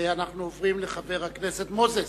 אנחנו עוברים לחבר הכנסת מוזס,